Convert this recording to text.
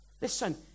Listen